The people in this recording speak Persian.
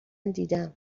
دیدم